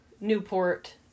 Newport